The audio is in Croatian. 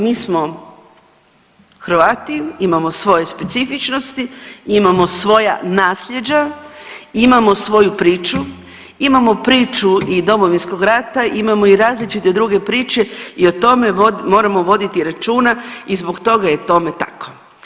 Mi smo Hrvati, imamo svoje specifičnosti, imamo svoja naslijeđa, imamo svoju priču, imamo priču i Domovinskog rata, imamo i različite druge priče i o tome moramo voditi računa i zbog toga je tome tako.